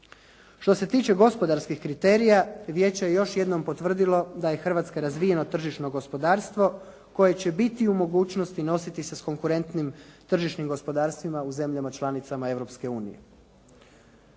Što se tiče gospodarskih kriterija Vijeće je još jednom potvrdilo da je Hrvatska razvijeno tržišno gospodarstvo koje će biti u mogućnosti nositi se s konkurentnim tržišnim gospodarstvima u zemljama članicama